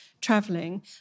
traveling